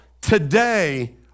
Today